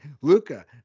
Luca